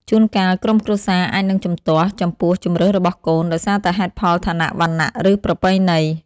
ជួនកាលក្រុមគ្រួសារអាចនឹង ជំទាស់ ចំពោះជម្រើសរបស់កូន ដោយសារតែហេតុផលឋានៈ វណ្ណៈ ឬប្រពៃណី។